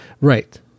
Right